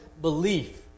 belief